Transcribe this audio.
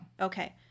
Okay